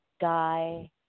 guy